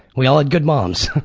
we all had good moms.